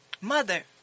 Mother